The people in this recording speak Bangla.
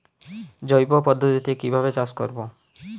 জৈব পদ্ধতিতে কিভাবে চাষ করব?